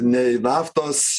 nei naftos